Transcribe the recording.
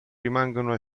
rimangono